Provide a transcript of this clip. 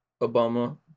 Obama